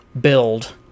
build